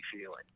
feeling